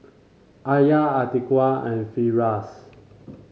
Alya Atiqah and Firash